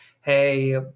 Hey